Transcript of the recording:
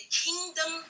kingdom